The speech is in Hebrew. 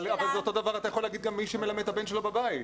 אבל אותו הדבר אתה יכול להגיד על מי שמלמד את הילדים שלו בבית,